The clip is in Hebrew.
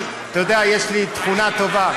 אני, אתה יודע, יש לי תכונה טובה.